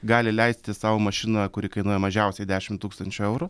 gali leisti sau mašiną kuri kainuoja mažiausiai dešim tūkstančių eurų